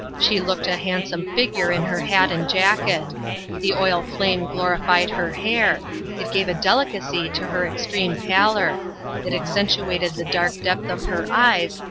she looked a handsome figure in her hat and jacket the oil flame glorified her hair it gave a delicacy to her extreme pallor it accentuated the dark depth of her eyes,